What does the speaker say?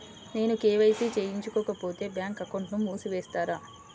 నేను కే.వై.సి చేయించుకోకపోతే బ్యాంక్ అకౌంట్ను మూసివేస్తారా?